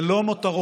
זה לא מותרות.